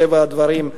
מטבע הדברים,